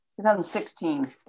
2016